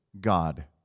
God